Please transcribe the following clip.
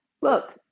look